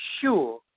sure